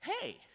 hey